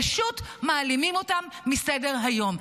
פשוט מעלימים אותם מסדר-היום.